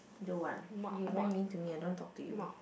don't want you very mean to me I don't want to talk to you